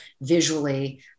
visually